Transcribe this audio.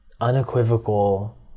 unequivocal